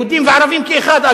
יהודים וערבים כאחד,